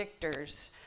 predictors